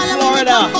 Florida